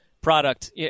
product